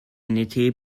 n’était